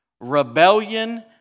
rebellion